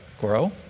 grow